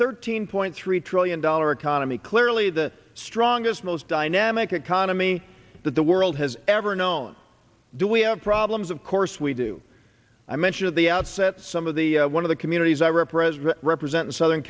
thirteen point three trillion dollar economy clearly the strongest most dynamic economy that the world has ever known do we have problems of course we do i mentioned at the outset some of the one of the communities are oppressed represent in southern